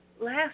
Last